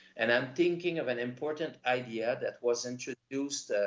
and i'm thinking of an important idea that was introduced.